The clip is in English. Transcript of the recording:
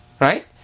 right